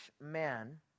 man